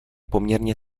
poměrně